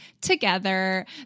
together